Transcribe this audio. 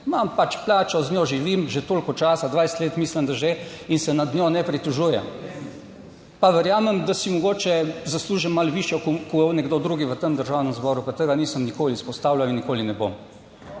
imam pač plačo. Z njo živim že toliko časa, 20 let, mislim, da že, in se nad njo ne pritožujem. Pa verjamem, da si mogoče zaslužim malo višjo kot nekdo drug v tem Državnem zboru, pa tega nisem nikoli izpostavljal in nikoli ne bom.